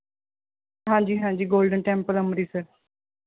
ਹਾਂਜੀ ਹਾਂਜੀ golden temple Amritsar